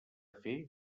fer